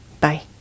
Bye